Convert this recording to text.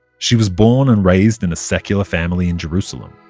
she was born and raised in a secular family in jerusalem.